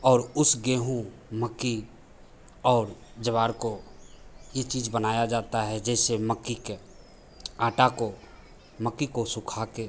और उस गेहूँ मक्का और जवार को ये चीज़ बनाया जाता है जैसे मक्के के आटा को मक्के को सुखा के